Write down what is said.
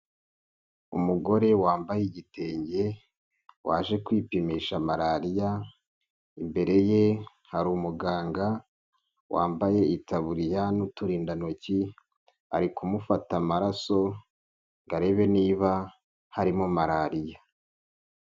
Umugore wambaye igitenge waje kwipimisha malariya, imbere ye hari umuganga wambaye itaburiya n'uturindantoki, ari kumufata amaraso ngo arebe niba harimo malariya.